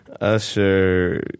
Usher